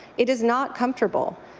it is not comfortable,